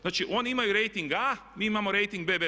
Znači oni imaju rejting A, mi imao rejting BB+